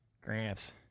Gramps